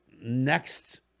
next